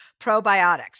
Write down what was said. probiotics